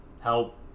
help